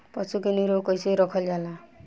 पशु के निरोग कईसे रखल जाला?